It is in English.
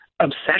obsession